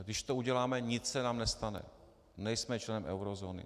Když to uděláme, nic se nám nestane, nejsme člen eurozóny.